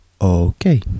Okay